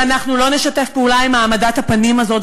ואנחנו לא נשתף פעולה עם העמדת הפנים הזאת,